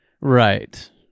Right